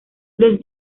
los